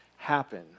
happen